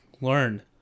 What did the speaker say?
learn